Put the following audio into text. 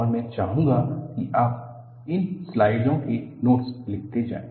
और मैं चाहूंगा कि आप इन स्लाइडों के नोट्स लिखते जाएं